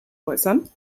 äußern